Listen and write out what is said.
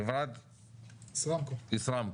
חברת ישראמקו.